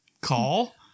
call